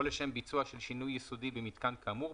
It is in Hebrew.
או לשם ביצוע של שינוי יסודי במיתקן כאמור,